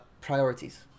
priorities